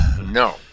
no